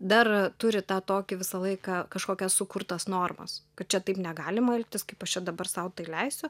dar turi tą tokį visą laiką kažkokias sukurtas normas kad čia taip negalima elgtis kaip aš čia dabar sau tai leisiu